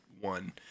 one